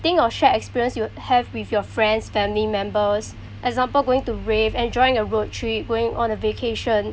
think of shared experience you have with your friends family members example going to rave enjoying a road trip going on a vacation